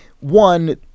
one